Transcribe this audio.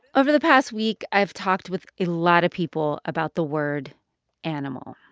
over the past week, i've talked with a lot of people about the word animal.